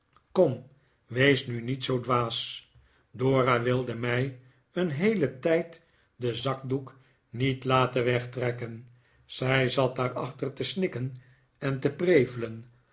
kom wees nu niet zoo dwaas dora wilde mij een heelen tijd den zakdoek niet laten wegtrekken zij zat daarachter te snikken en te prevelen